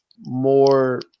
more